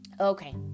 Okay